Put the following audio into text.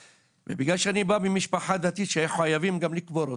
ובגלל שאני בא ממשפחה דתית שחייבים גם לקבור אותו,